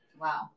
Wow